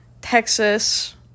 Texas